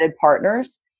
partners